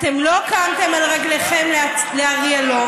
אתם לא קמתם על רגליכם להריע לו,